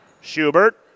Schubert